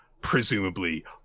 presumably